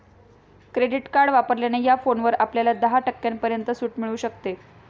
credit card वापरल्याने या फोनवर आपल्याला दहा टक्क्यांपर्यंत सूट मिळू शकते